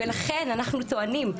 לכן אנחנו טוענים,